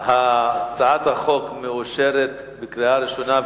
הצעת החוק מאושרת בקריאה ראשונה,